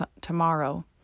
tomorrow